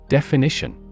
Definition